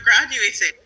graduating